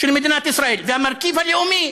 של מדינת ישראל, והמרכיב הלאומי,